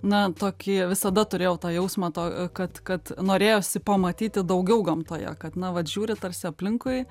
na tokį visada turėjau tą jausmą to kad kad norėjosi pamatyti daugiau gamtoje kad na vat žiūri tarsi aplinkui